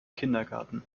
kindergarten